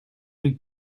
rue